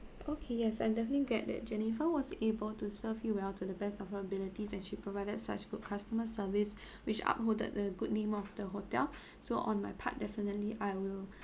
okay yes I'm definitely get that jennifer was able to serve you well to the best of her abilities and she provided such good customer service which upholded the good name of the hotel so on my part definitely I will